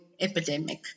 epidemic